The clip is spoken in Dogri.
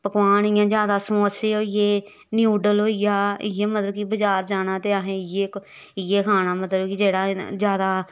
पकोआन इ'यां ज्यादा समोसे होई गे न्यूडल होई गेआ इयै मतलब कि बजार जाना ते असें इ'यै इ'यै खाना मतलब कि जेह्ड़ा ज्यादा